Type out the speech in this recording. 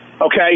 Okay